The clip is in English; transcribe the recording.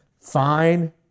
fine